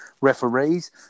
referees